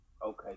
Okay